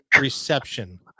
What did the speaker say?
reception